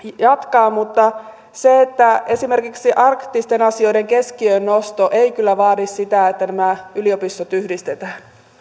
jatkaa mutta esimerkiksi arktisten asioiden keskiöön nosto ei kyllä vaadi sitä että nämä yliopistot yhdistetään